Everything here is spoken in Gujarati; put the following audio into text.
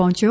પહોંચ્યો